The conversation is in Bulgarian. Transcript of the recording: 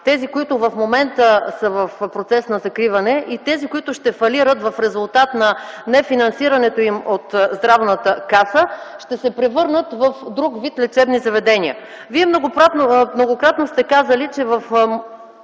тези, които в момента са в процес на закриване, и тези, които ще фалират в резултат на нефинансирането им от Здравната каса, ще се превърнат в друг вид лечебни заведения? Вие многократно сте казвали, че в